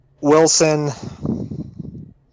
Wilson